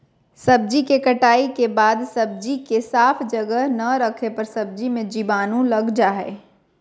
सब्जी के कटाई के बाद सब्जी के साफ जगह ना रखे पर सब्जी मे जीवाणु लग जा हय